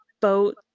boat